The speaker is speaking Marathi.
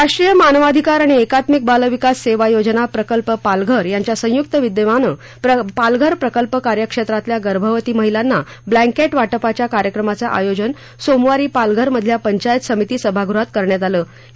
राष्ट्रीय मानवाधिकार आणि एकात्मिक बाल विकास सेवा योजना प्रकल्प पालघर यांच्या संयुक्त विद्यमानं पालघर प्रकल्प कार्यक्षेत्रातल्या गर्भवती महीलांना ब्लॅकेंट वाटपाच्या कार्यक्रमाचं आयोजन सोमवारी पालघर मधल्या पंचायत समिती सभागृहात करण्यात आलं होतं